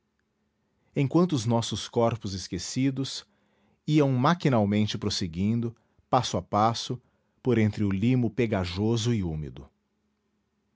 enquanto os nossos corpos esquecidos iam maquinalmente prosseguindo passo a passo por entre o limo pegajoso e úmido